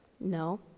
no